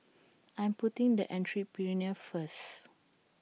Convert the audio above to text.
I'm putting the Entrepreneur First